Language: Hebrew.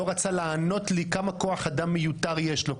לא רצה לענות לי כמה כוח אדם מיותר יש לו,